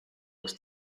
was